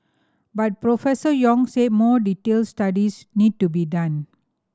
but Professor Yong said more detailed studies need to be done